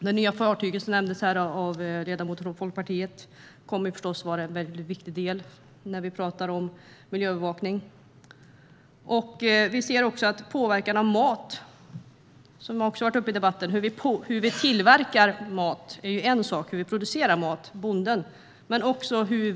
Det nya fartyget, som nämndes av Liberalernas ledamot, kommer att vara en viktig del i miljöövervakningen. Matens påverkan har också varit uppe i debatten. Hur bonden producerar mat är en sak, men hur vi bereder maten spelar också roll.